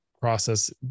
process